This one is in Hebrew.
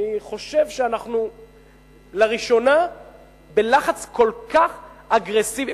אני חושב שאנחנו לראשונה בלחץ אגרסיבי,